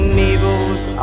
needles